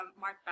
Mark